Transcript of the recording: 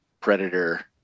Predator